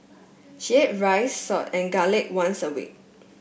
she ate rice salt and garlic once a week